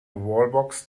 wallbox